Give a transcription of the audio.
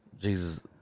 Jesus